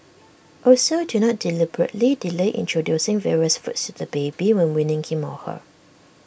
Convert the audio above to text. also do not deliberately delay introducing various foods to the baby when weaning him or her